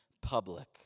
public